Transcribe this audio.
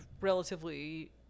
relatively